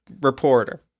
Reporter